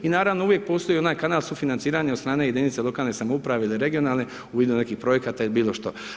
I naravno uvijek postoji onaj kanal sufinanciranja od strane jedinica lokalne samouprave ili regionalne u vidu nekih projekata ili bilo što.